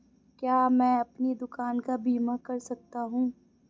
क्या मैं अपनी दुकान का बीमा कर सकता हूँ?